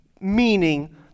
meaning